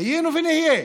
היינו ונהיה,